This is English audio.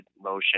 motion